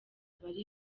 abari